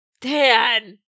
Dan